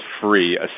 free